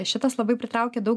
šitas labai pritraukė daug